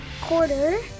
quarter